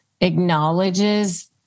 acknowledges